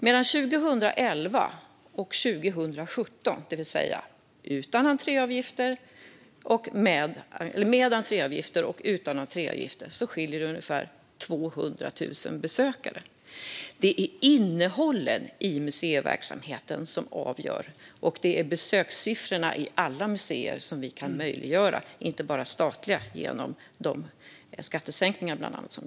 Mellan 2011 och 2017 - det vill säga med entréavgifter och utan entréavgifter - skiljer det ungefär 200 000 besökare. Det är innehållet i museiverksamheten som avgör. Det är besökssiffrorna för alla museer - inte bara de statliga - som vi kan höja genom de skattesänkningar som vi bidrar till.